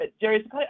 Jerry